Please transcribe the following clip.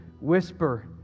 whisper